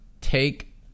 take